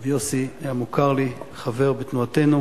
הרב יוסי היה מוכר לי, חבר בתנועתנו,